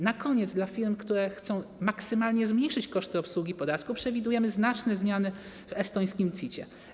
Na koniec dla firm, które chcą maksymalnie zmniejszyć koszty obsługi podatku, przewidujemy znaczne zmiany w estońskim CIT.